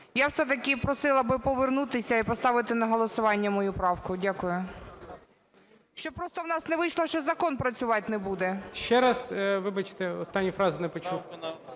Я все-таки просила би повернутися і поставити на голосування мою правку. Дякую. Щоб просто у нас не вийшло, що закон працювати не буде. ГОЛОВУЮЧИЙ. Ще раз, вибачте, останню фразу не почув.